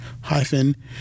hyphen